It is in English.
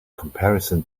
comparison